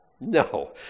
No